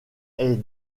est